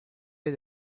had